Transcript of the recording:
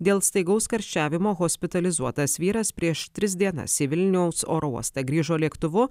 dėl staigaus karščiavimo hospitalizuotas vyras prieš tris dienas į vilniaus oro uostą grįžo lėktuvu